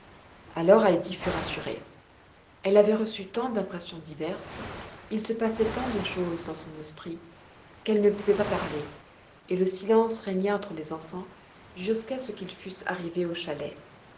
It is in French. alors heidi fut rassurée elle avait reçu tant d'impressions diverses il se passait tant de choses dans son esprit qu'elle ne pouvait pas parler et le silence régna entre les enfants jusqu'à ce qu'ils fussent arrivés au chalet